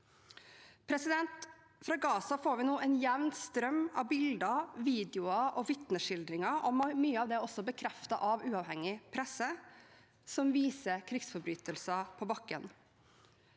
Fra Gaza får vi nå en jevn strøm av bilder, videoer og vitneskildringer, mange av dem også bekreftet av uavhengig presse, som viser krigsforbrytelser på bakken.